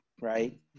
right